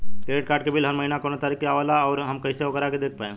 Credit card के bill हर महीना कौना तारीक के आवेला और आउर हम कइसे ओकरा के देख पाएम?